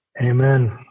Amen